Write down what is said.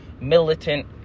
militant